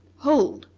hold!